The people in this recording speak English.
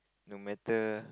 no matter